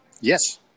Yes